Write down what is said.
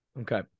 Okay